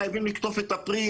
חייבים לקטוף את הפרי,